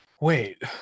Wait